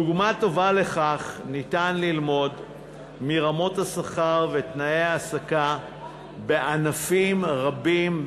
דוגמה טובה היא רמות השכר ותנאי ההעסקה בענפים רבים,